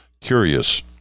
Curious